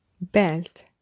belt